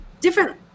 Different